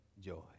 joy